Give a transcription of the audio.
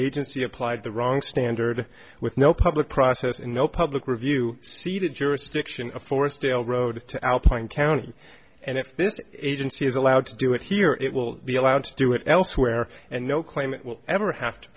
agency applied the wrong standard with no public process and no public review ceded jurisdiction of forest trail road to alpine county and if this agency is allowed to do it here it will be allowed to do it elsewhere and no claimant will ever have to